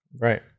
Right